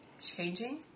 changing